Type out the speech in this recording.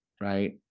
right